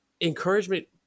encouragement